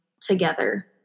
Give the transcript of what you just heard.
together